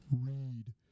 Read